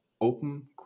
open